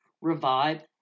revive